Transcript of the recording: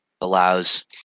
allows